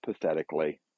pathetically